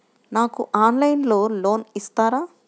నాకు ఆన్లైన్లో లోన్ ఇస్తారా?